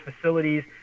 facilities